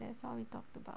that's all we talked about